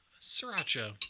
sriracha